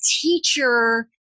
teacher